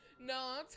No